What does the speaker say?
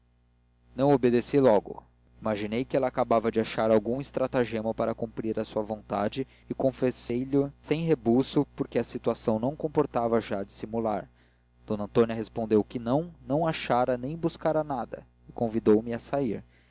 obedeci logo imaginei que ela acabava de achar algum estratagema para cumprir a sua vontade e confessei lho sem rebuço porque a situação não comportava já dissimular d antônia respondeu que não não achara nem buscará nada e convidou-me a sair